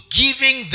giving